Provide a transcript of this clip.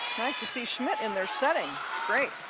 nice to see schmitt in there setting, it's great